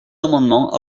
amendement